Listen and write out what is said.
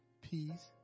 peace